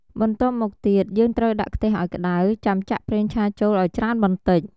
បន្ទាប់មកទៀត យើងត្រូវដាក់ខ្ទះឱ្យក្តៅ ចាំចាក់ប្រេងឆាចូលឱ្យច្រើនបន្តិច។